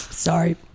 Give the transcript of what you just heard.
Sorry